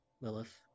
Lilith